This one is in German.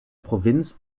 provinz